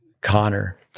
Connor